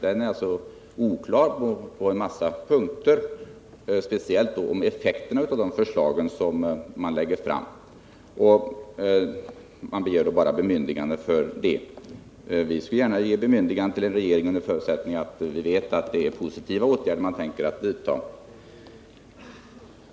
Den är oklar på en massa punkter, speciellt när det gäller effekterna av förslagen. Man begär bara bemyndigande för dem. Vi skulle gärna ge bemyndigande till en regering under förutsättning att vi vet att det är positiva åtgärder man tänker vidta.